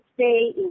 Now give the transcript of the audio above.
stay